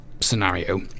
scenario